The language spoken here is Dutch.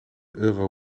euro